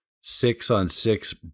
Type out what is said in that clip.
six-on-six